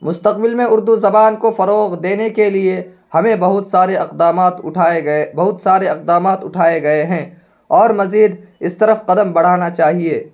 مستقبل میں اردو زبان کو فروغ دینے کے لیے ہمیں بہت سارے اقدامات اٹھائے گئے بہت سارے اقدامات اٹھائے گئے ہیں اور مزید اس طرف قدم بڑھانا چاہیے